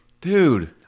dude